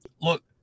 look